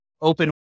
open